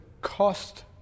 cost